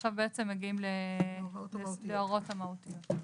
ועכשיו בעצם מגיעים להוראות המהותיות.